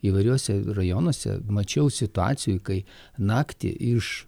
įvairiuose rajonuose mačiau situacijų kai naktį iš